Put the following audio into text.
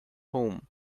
home